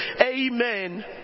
Amen